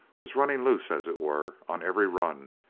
was running loose, as it were, on every run,